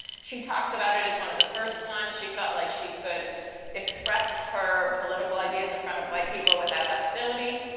she talks about it as one of the first times she felt like she could express her political ideas in front of white people without hostility.